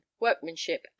workmanship